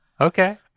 Okay